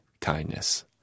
Kindness